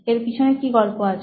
এর পিছনে কি গল্প আছে